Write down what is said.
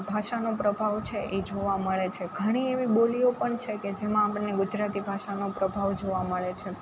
ભાષાનો પ્રભાવ છે એ જોવા મળે છે ઘણી એવી બોલીઓ પણ છેકે જેમાં અમને ગુજરાતી ભાષાનો પ્રભાવ જોવા મળે છે